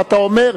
ואתה אומר,